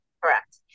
Correct